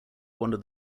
wander